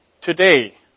today